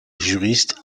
juriste